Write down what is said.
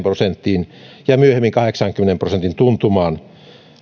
prosenttiin ja myöhemmin kahdeksankymmenen prosentin tuntumaan